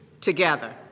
together